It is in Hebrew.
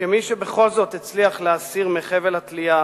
וכמי שבכל זאת הצליח להסיר מחבל התלייה,